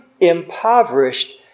impoverished